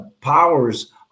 powers